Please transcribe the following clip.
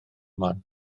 man